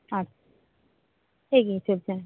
আচ্ছা